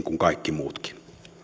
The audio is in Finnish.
kuin kaikki muutkin